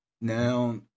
Now